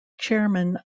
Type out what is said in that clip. chairman